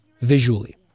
visually